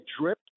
drip